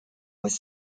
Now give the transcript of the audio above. was